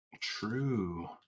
True